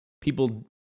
people